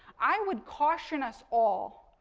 i would caution us all,